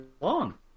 long